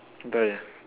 die ah